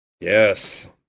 Yes